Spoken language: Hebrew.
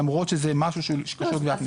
למרות שזה משהו שקשור בעקיפין.